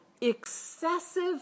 excessive